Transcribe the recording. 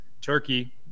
Turkey